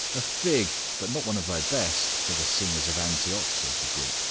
a fig, but not one of thy best, for the singers of antioch! says the greek.